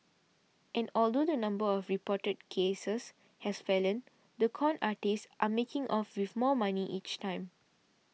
and although the number of reported cases has fallen the con artists are making off with more money each time